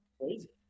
Crazy